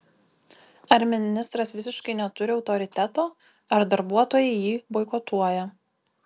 ar ministras visiškai neturi autoriteto ar darbuotojai jį boikotuoja